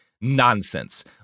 nonsense